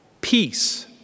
Peace